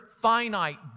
finite